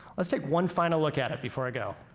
let's take one final look at it before i go.